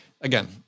again